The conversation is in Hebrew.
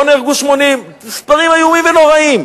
פה נהרגו 80. מספרים איומים ונוראים.